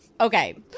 Okay